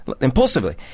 impulsively